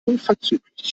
unverzüglich